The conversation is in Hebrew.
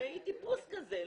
היא טיפוס כזה,